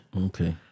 Okay